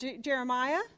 Jeremiah